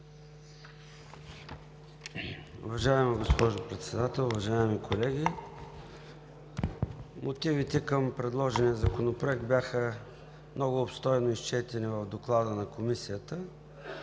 Уважаема госпожо Председател, уважаеми колеги! Мотивите към предложения законопроект бяха много обстойно изчетени в Доклада на Комисията,